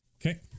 Okay